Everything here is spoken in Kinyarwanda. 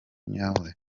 nyawe